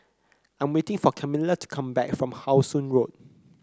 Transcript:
I'm waiting for Kamila to come back from How Sun Road